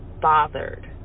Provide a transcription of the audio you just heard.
bothered